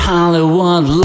Hollywood